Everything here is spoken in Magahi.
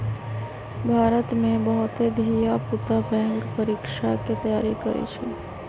भारत में बहुते धिया पुता बैंक परीकछा के तैयारी करइ छइ